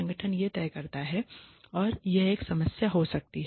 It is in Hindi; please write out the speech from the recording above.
संगठन यह तय करता है और यह एक समस्या हो सकती है